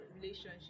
relationship